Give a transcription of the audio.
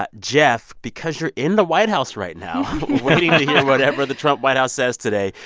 but geoff, because you're in the white house right now. waiting to hear whatever the trump white house says today.